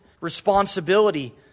responsibility